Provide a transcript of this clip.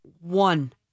One